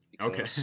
Okay